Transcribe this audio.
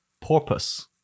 Porpoise